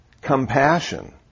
compassion